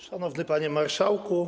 Szanowny Panie Marszałku!